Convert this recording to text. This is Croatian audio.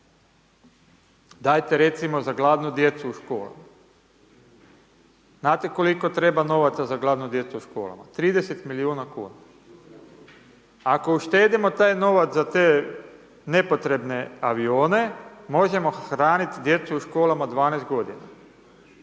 dajte recimo za gladnu djecu u školama, znate koliko treba novaca za gladnu djecu u školama?, 30 milijuna kuna, ako uštedimo taj novac za te nepotrebne avione, možemo hraniti djecu u školama 12 godina.